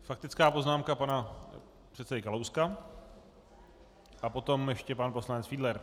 Faktická poznámka pana předsedy Kalouska a potom ještě pan poslanec Fiedler.